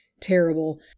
terrible